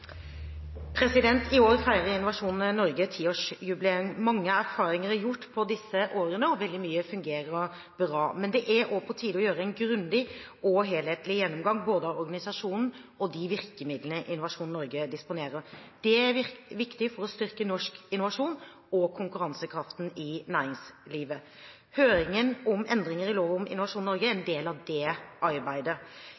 I år feirer Innovasjon Norge tiårsjubileum. Mange erfaringer er gjort på disse årene og veldig mye fungerer bra, men det er på tide å gjøre en grundig og helhetlig gjennomgang av både organisasjonen og de virkemidlene Innovasjon Norge disponerer. Det er viktig for å styrke norsk innovasjon og konkurransekraften i næringslivet. Høringen om endringer i lov om Innovasjon Norge er en